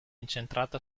incentrata